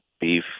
beef